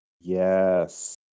Yes